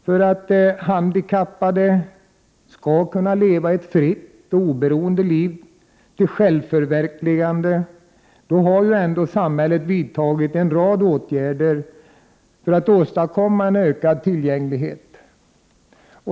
För att handikappade skall kunna leva ett fritt och oberoende liv och kunna nå ett självförverkligande har samhället vidtagit en rad åtgärder, bl.a. för att åstadkomma ökad tillgänglighet.